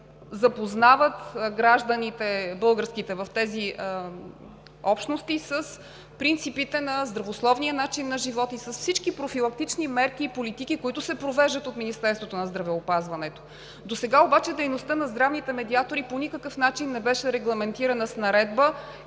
да се запознават българските граждани в тези общности с принципите на здравословния начин на живот и с всички профилактични мерки и политики, които се провеждат от Министерството на здравеопазването. Досега обаче дейността на здравните медиатори по никакъв начин не беше регламентирана с наредба